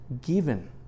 given